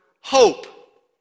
hope